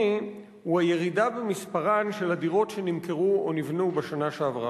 הוא הירידה במספרן של הדירות שנמכרו או נבנו בשנה שעברה,